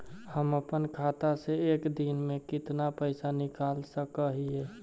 हम अपन खाता से एक दिन में कितना पैसा निकाल सक हिय?